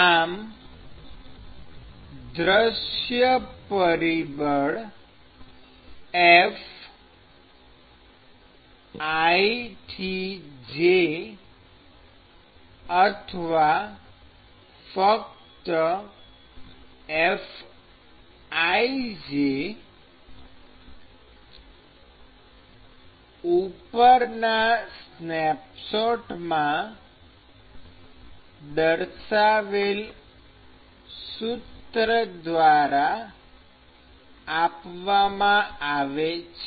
આમ દ્રશ્ય પરિબળ Fi→j અથવા ફક્ત Fij ઉપરના સ્નેપશોટમાં દર્શાવેલ સૂત્ર દ્વારા આપવામાં આવે છે